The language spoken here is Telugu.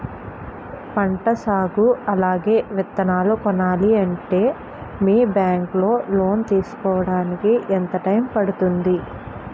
పంట సాగు అలాగే విత్తనాలు కొనాలి అంటే మీ బ్యాంక్ లో లోన్ తీసుకోడానికి ఎంత టైం పడుతుంది?